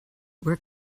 where